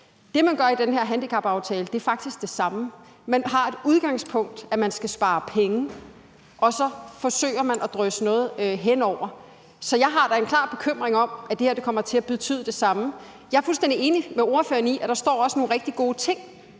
Det, man gør med den her handicapaftale, er faktisk det samme. Man har som udgangspunkt, at man skal spare penge, og så forsøger man at drysse noget hen over. Så jeg har da en klar bekymring om, at det her kommer til at betyde det samme. Jeg er fuldstændig enig med ordføreren i, at der også står nogle rigtig gode ting